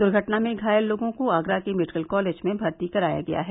दुर्घटना में घायल लोगों को आगरा के मेडिकल कॉलेज में भर्ती कराया गया है